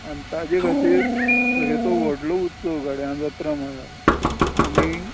आनी ताजे खातीर तो व्हडलो उत्सव गड्या जात्रा म्हळ्यार आनी